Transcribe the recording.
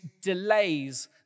delays